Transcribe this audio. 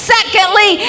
Secondly